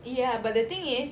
ya but the thing is